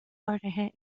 áirithe